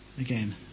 Again